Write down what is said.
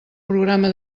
programa